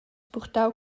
purtau